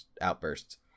outbursts